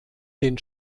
den